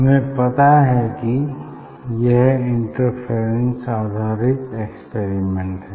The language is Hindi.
हमें पता है कि यह इंटरफेरेंस आधारित एक्सपेरिमेंट है